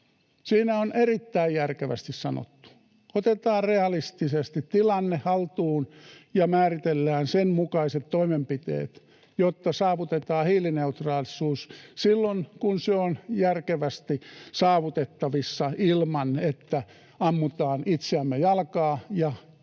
siinä on erittäin järkevästi sanottu. Otetaan realistisesti tilanne haltuun ja määritellään sen mukaiset toimenpiteet, jotta saavutetaan hiilineutraalisuus silloin, kun se on järkevästi saavutettavissa, ilman että ammutaan itseämme jalkaan ja kuritamme